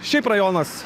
šiaip rajonas